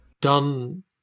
done